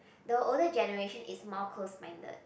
the older generation is more close minded